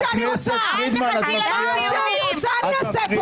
אני אעשה מה שאני רוצה.